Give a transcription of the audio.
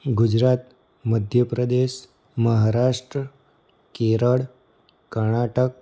Gujarat Madhya Pradesh Maharashtra Kerala Karnataka